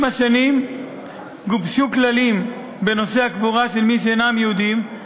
עם השנים גובשו כללים בנושא הקבורה של מי שאינם יהודים,